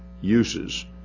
uses